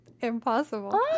Impossible